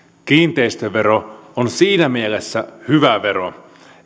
kiinteistövero on siinä mielessä hyvä vero